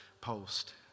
post